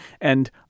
And-